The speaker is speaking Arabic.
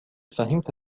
فهمت